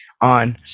on